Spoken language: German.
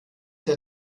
der